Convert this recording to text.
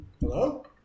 Hello